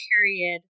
period